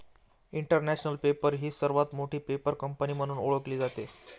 international paper ही सर्वात मोठी पेपर कंपनी म्हणून ओळखली जाते